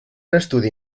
estudi